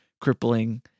crippling